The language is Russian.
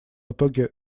итоги